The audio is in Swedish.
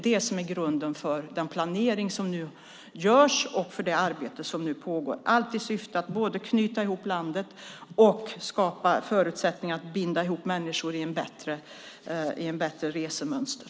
Detta är grunden för den planering som nu görs och det arbete som nu pågår, allt i syfte att knyta ihop landet och skapa förutsättningar för att binda samman människor i bättre resemönster.